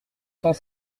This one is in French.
sans